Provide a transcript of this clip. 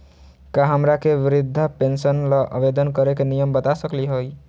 का हमरा के वृद्धा पेंसन ल आवेदन करे के नियम बता सकली हई?